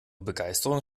begeisterung